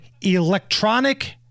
electronic